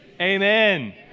Amen